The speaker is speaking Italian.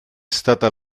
stata